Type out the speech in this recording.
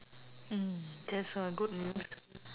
mm that's a good news